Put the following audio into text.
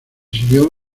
siguió